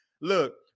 Look